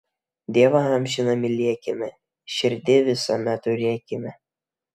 dievą amžiną mylėkime širdyj visame turėkime